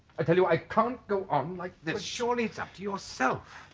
i tell you i can't go on like this. surely it's up to yoursel